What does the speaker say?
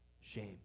shame